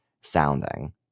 sounding